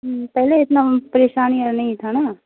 پہلے اتنا پریشانی ایرہ نہیں تھا نا